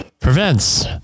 prevents